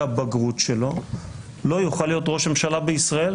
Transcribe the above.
הבגרות שלו לא יוכל להיות ראש ממשלה בישראל.